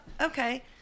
okay